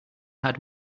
had